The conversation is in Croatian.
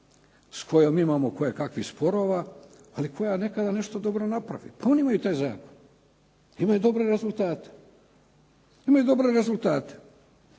s kojom imamo kojekakvih sporova ali koja nekada nešto dobro napravi. Pa oni imaju taj zakon, imaju dobre rezultate. Oni su spasili već